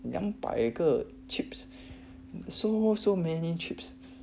两百个 chips so so many chips